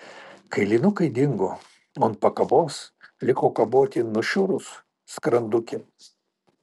kailinukai dingo o ant pakabos liko kaboti nušiurus skrandukė